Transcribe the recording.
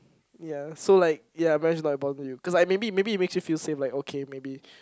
ya so like ya marriage is not important to you cause like maybe maybe it makes you feel safe like okay maybe